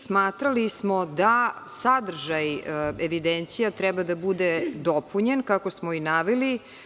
Smatrali smo da sadržaj evidencija treba da bude dopunjen, kako smo i naveli.